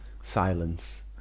silence